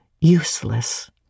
useless